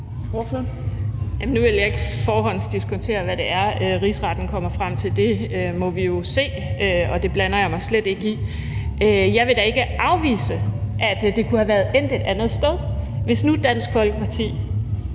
Nu vil jeg ikke forhåndsdiskontere, hvad rigsretten kommer frem til. Det må vi jo se, og det blander jeg mig slet ikke i. Jeg vil da ikke afvise, at det kunne have været endt et andet sted, hvis nu Dansk Folkeparti